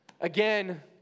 Again